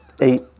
eight